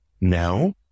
now